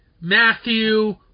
Matthew